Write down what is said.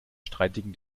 streitigen